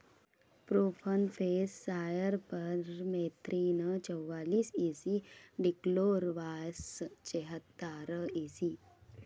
profenofos cypermethrin चौवालीस E C dichlorvos चेहतार EC